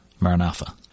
Maranatha